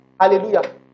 Hallelujah